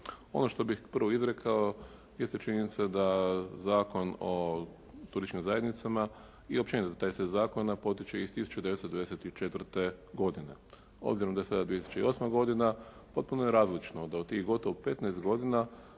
Ono što bih prvo izrekao, jeste činjenica da Zakon o turističkim zajednicama i općenito ti svi zakoni potiču iz 1994. godine. Obzirom da je sada 2008. godina, potpuno je različno da u tih gotovo 15 godina,